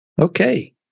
Okay